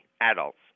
adults